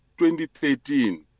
2013